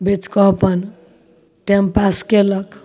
बेच कऽ अपन टाइम पास कयलक